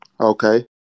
Okay